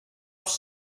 ist